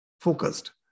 focused